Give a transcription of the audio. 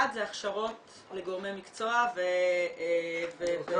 אחד זה נושא ההכשרות לגורמי מקצוע ו- -- אפשר